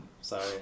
Sorry